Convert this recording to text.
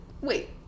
Wait